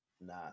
nah